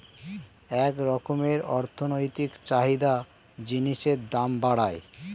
এক রকমের অর্থনৈতিক চাহিদা জিনিসের দাম বাড়ায়